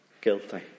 guilty